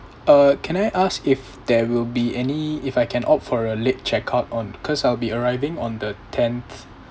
uh can I ask if there will be any if I can opt for a late check out on cause I'll be arriving on the tenth